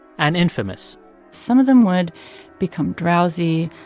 and infamous some of them would become drowsy.